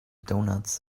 donuts